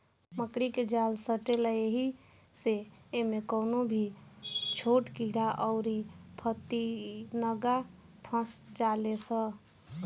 मकड़ी के जाल सटेला ऐही से इमे कवनो भी छोट कीड़ा अउर फतीनगा फस जाले सा